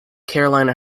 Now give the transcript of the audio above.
carolina